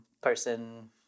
person